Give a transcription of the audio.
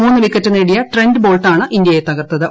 മൂന്നു വിക്കറ്റ് നേടിയ ട്രെന്റ് ബോൾട്ടാണ് ഇന്ത്യയെ തകർത്തത്